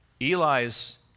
Eli's